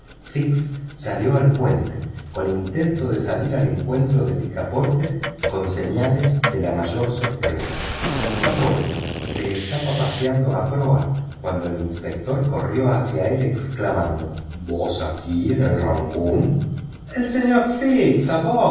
en el puente con intento de ir al encuentro de picaporte con señales de la mayor sorpresa picaporte se estaba paseando a proa cuando el inspector corrió hacia él exclamando vos aquí en el rangoon el señor fix